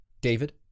David